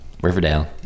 Riverdale